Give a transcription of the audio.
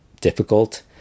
difficult